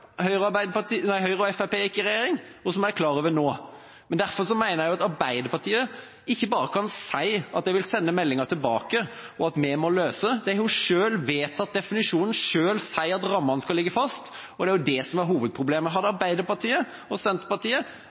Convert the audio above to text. Høyre og Fremskrittspartiet gikk i regjering, og som jeg er klar over nå. Derfor mener jeg at Arbeiderpartiet ikke bare kan si at de vil sende meldinga tilbake, og at vi må løse problemet. De har jo selv vedtatt definisjonen og sier selv at rammene skal ligge fast, og det er det som er hovedproblemet. Hadde Arbeiderpartiet og Senterpartiet